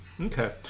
Okay